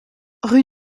rue